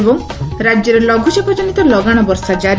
ଏବଂ ରାଜ୍ୟରେ ଲଘ୍ରଚାପଜନିତ ଲଗାଣ ବର୍ଷା ଜାରି